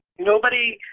nobody